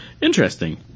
interesting